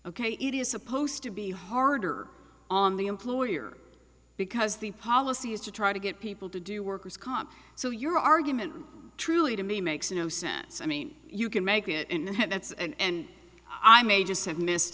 ok it is supposed to be harder on the employer because the policy is to try to get people to do workers comp so your argument truly to me makes no sense i mean you can make it and that's and i may just have missed